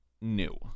new